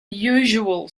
usual